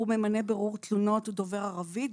הוא ממנה בירור תלונות ודובר ערבית,